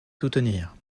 soutenir